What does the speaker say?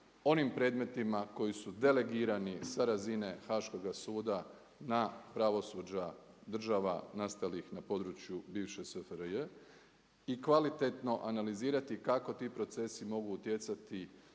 onim predmetima koji su delegirani sa razine Haškoga suda na pravosuđa država nastalih na području bivše SFRJ i kvalitetno analizirati kako ti procesi mogu utjecati